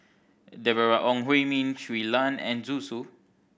Deborah Ong Hui Min Shui Lan and Zhu Xu